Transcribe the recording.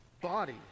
body